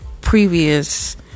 previous